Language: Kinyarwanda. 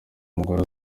umugore